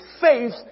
faith